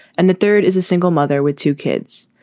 and the third is a single mother with two kids.